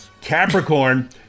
Capricorn